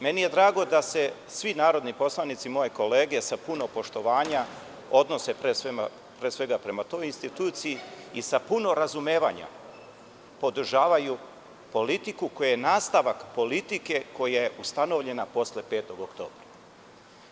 Meni je drago da se svi narodni poslanici, moje kolege, sa puno poštovanja odnose pre svega prema toj instituciji i sa puno razumevanja podržavaju politiku koja je nastavak politike koja je ustanovljena posle petog oktobra.